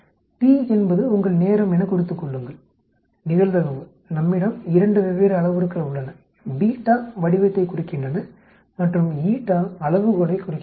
T என்பது உங்கள் நேரம் எனக் குறித்துக் கொள்ளுங்கள் நிகழ்தகவு நம்மிடம் 2 வெவ்வேறு அளவுருக்கள் உள்ளன வடிவத்தைக் குறிக்கின்றன மற்றும் அளவுகோளைக் குறிக்கின்றன